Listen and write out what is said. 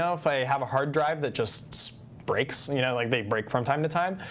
ah if i have a hard drive that just breaks, you know like they break from time to time,